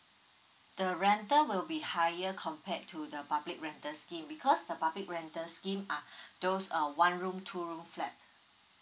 the rental will be higher compared to the public rental scheme because the public rental scheme are those uh one room two room flat